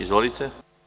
Izvolite.